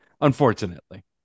Unfortunately